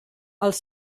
els